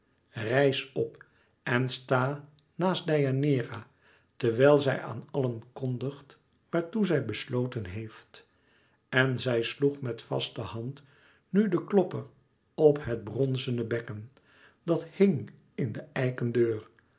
rijs op en sta naast deianeira terwijl zij aan allen kondigt waartoe zij besloten heeft en zij sloeg met vaste hand nu den klopper op het bronzene bekken dat hing in de eiken deur